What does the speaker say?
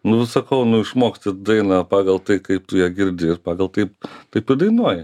nu sakau nu išmoksti dainą pagal tai kaip tu ją girdi ir pagal taip taip ir dainuoji